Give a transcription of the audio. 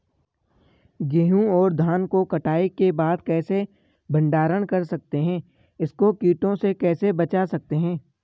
गेहूँ और धान को कटाई के बाद कैसे भंडारण कर सकते हैं इसको कीटों से कैसे बचा सकते हैं?